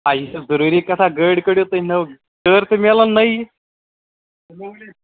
آ یہِ چھُ ضروٗری کَتھا گٲڑۍ کٔڈِو تُہۍ نٔو ٹٲر تہِ میلن نٔیی